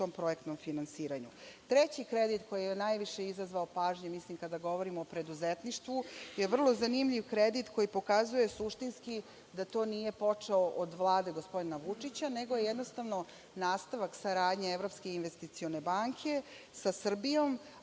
u tom projektnom finansiranju. Treći kredit, koji je najviše izazvao pažnje, kada govorimo o preduzetništvu, je vrlo zanimljiv kredit koji pokazuje suštinski da to nije počelo od Vlade gospodina Vučića, nego je nastavak saradnje Evropske investicione banke sa Srbijom,